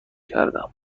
کردم